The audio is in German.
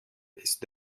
ist